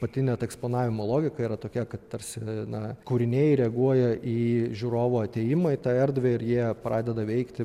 pati net eksponavimo logika yra tokia kad tarsi na kūriniai reaguoja į žiūrovų atėjimą į tą erdvę ir jie pradeda veikti